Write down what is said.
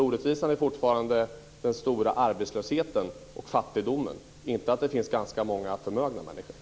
Orättvisan är fortfarande den stora arbetslösheten och fattigdomen, inte att det finns ganska många förmögna människor.